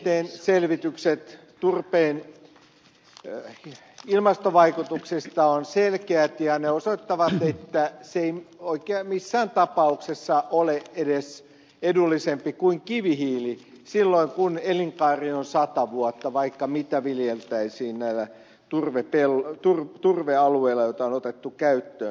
vttn selvitykset turpeen ilmastovaikutuksista ovat selkeät ja ne osoittavat että se ei oikein missään tapauksessa ole edes edullisempi kuin kivihiili silloin kun elinkaari on sata vuotta vaikka mitä viljeltäisiin näillä turvealueilla joita on otettu käyttöön